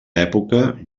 època